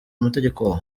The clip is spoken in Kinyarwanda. amategeko